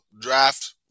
draft